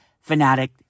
fanatic